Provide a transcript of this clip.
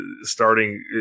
starting